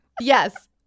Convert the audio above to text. Yes